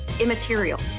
immaterial